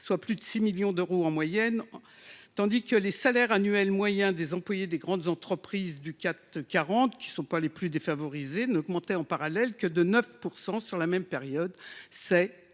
soit plus de 6 millions d’euros, tandis que les salaires annuels moyens des employés des grandes entreprises du CAC 40 – qui ne sont pas les plus défavorisés – n’augmentaient en parallèle que de 9 % sur la même période, soit